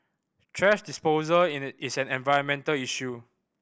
thrash disposal in a is an environmental issue